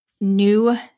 new